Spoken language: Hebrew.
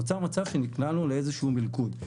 נוצר מצב שנקלענו לאיזשהו מלכוד.